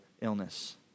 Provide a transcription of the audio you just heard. illness